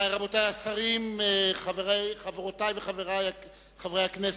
רבותי השרים, חברותי וחברי חברי הכנסת,